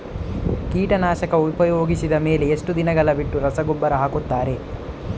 ಕೀಟನಾಶಕ ಉಪಯೋಗಿಸಿದ ಮೇಲೆ ಎಷ್ಟು ದಿನಗಳು ಬಿಟ್ಟು ರಸಗೊಬ್ಬರ ಹಾಕುತ್ತಾರೆ?